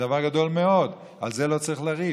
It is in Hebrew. זה דבר גדול מאוד, על זה לא צריך לריב.